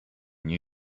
new